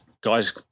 guys